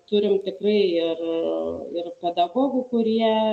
turim tikrai ir ir pedagogų kurie